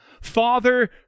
Father